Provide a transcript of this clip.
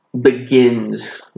begins